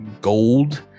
gold